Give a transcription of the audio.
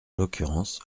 l’occurrence